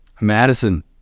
Madison